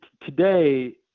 Today